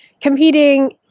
competing